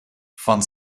van